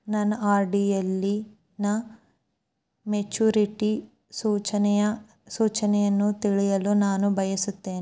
ನನ್ನ ಆರ್.ಡಿ ಯಲ್ಲಿನ ಮೆಚುರಿಟಿ ಸೂಚನೆಯನ್ನು ತಿಳಿಯಲು ನಾನು ಬಯಸುತ್ತೇನೆ